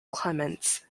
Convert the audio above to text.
clements